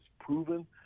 proven